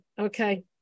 Okay